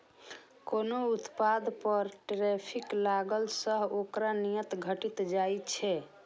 कोनो उत्पाद पर टैरिफ लगला सं ओकर निर्यात घटि जाइ छै